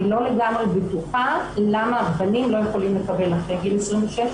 אני לא לגמרי בטוחה למה הבנים לא יכולים לקבל אחרי גיל 26,